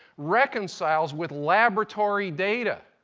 reconciled with laboratory data.